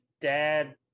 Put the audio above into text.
dad